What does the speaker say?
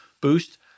boost